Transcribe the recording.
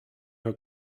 her